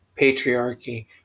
patriarchy